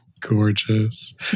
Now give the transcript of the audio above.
Gorgeous